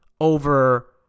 over